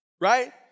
right